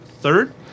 third